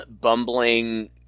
bumbling